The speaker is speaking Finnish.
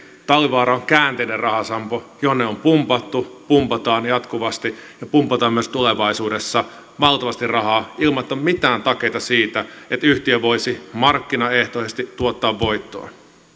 talvivaara on käänteinen rahasampo jonne on pumpattu pumpataan jatkuvasti ja pumpataan myös tulevaisuudessa valtavasti rahaa ilman että on mitään takeita siitä että yhtiö voisi markkinaehtoisesti tuottaa voittoa